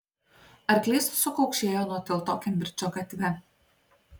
arklys sukaukšėjo nuo tilto kembridžo gatve